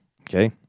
okay